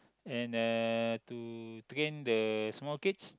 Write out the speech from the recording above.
and uh to train the small kids